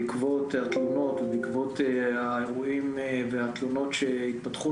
בעקבות התלונות ובעקבות האירועים והתלונות שהתבצעו